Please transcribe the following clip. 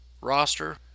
roster